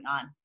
on